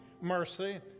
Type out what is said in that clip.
mercy